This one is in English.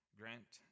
grant